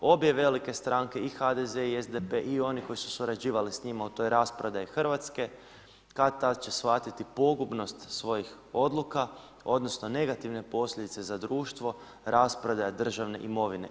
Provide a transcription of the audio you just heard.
Obje velike stranke i HDZ i SDP i oni koji su surađivali sa njima u toj rasprodaji Hrvatske kad-tad će shvatiti pogubnost svojih odluka, odnosno negativne posljedice za društvo, rasprodaja državne imovine.